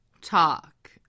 talk